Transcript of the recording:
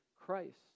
Christ